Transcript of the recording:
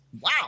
wow